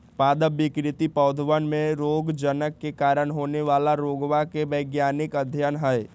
पादप विकृति पौधवन में रोगजनक के कारण होवे वाला रोगवा के वैज्ञानिक अध्ययन हई